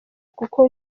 kuko